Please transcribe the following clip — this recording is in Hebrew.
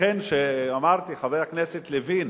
לכן, כשאמרתי, חבר הכנסת לוין